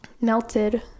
melted